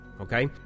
okay